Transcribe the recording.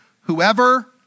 Whoever